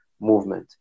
movement